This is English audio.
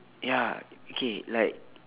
ya okay like